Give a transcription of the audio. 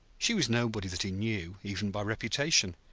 she was nobody that he knew, even by reputation.